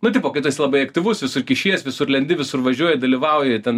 nu tipo kai tu esi labai aktyvus visur kišies visur lendi visur važiuoji dalyvauji ten